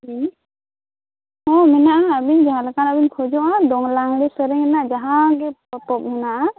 ᱦᱚᱸ ᱢᱮᱱᱟᱜᱼᱟ ᱟᱵᱤᱱ ᱡᱟᱦᱟᱸ ᱞᱮᱠᱟᱱᱟᱜ ᱵᱤᱱ ᱠᱷᱚᱡᱚᱜᱼᱟ ᱫᱚᱝ ᱞᱟᱝᱲᱮ ᱥᱮᱨᱮᱧ ᱨᱮᱱᱟᱜ ᱡᱟᱦᱟᱸᱜᱮ ᱯᱚᱛᱚᱵ ᱢᱮᱱᱟᱜ